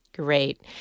Great